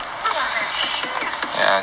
oh my shit